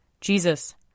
Jesus